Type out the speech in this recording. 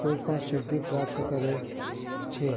કોઈ પણ સિદ્ધિ પ્રાપ્ત કરે છે